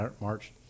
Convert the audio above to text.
March